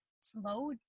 Slow